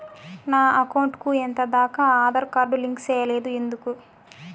నా అకౌంట్ కు ఎంత దాకా ఆధార్ కార్డు లింకు సేయలేదు ఎందుకు